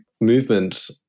movement